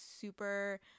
super